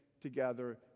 together